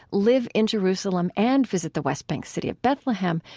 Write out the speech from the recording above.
live in jerusalem and visit the west bank city of bethlehem,